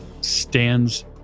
stands